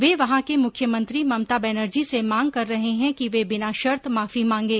वे वहां के मुख्यमंत्री ममता बेनर्जी से मांग कर रहे है कि वे बिना शर्त माफी मांगे